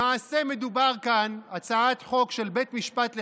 למעשה מדובר כאן, הצעת חוק של בית משפט לחוקה,